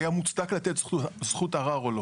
היה מוצדק לתת זכות ערר או לא.